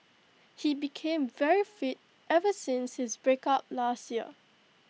he became very fit ever since his breakup last year